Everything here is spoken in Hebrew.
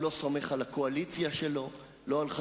הלוא כל